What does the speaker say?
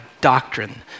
doctrine